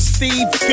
Steve